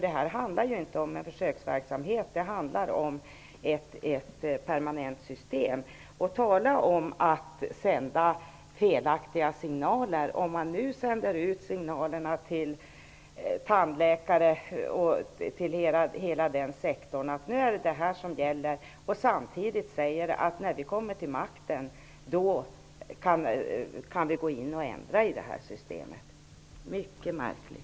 Det här handlar inte om en försöksverksamhet, utan det handlar om ett permanent system. Tala om att sända felaktiga signaler, om man sänder ut signalen till hela tandvårdssektorn att nu är det detta som gäller och man samtidigt säger att när vi kommer till makten skall vi gå in och ändra i systemet -- mycket märkligt!